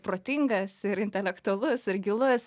protingas ir intelektualus ir gilus